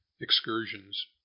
excursions